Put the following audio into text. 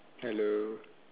hello